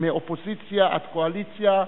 מאופוזיציה עד קואליציה,